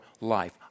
life